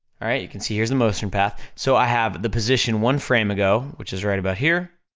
alright, you can see here's the motion path, so i have the position one frame ago, which is right about here,